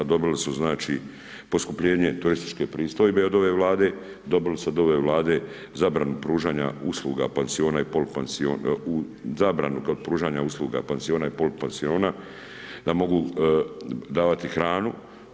Dobili su znači poskupljenje turističke pristojbe od ove Vlade, dobili su od ove Vlade zabranu pružanja usluga pansiona i polupansiona, zabranu kod pružanja usluga pansiona i polupansiona da mogu davati hranu.